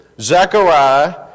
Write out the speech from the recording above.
Zechariah